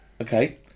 Okay